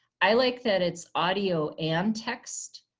i like that it's audio and text.